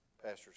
Pastors